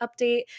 update